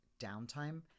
downtime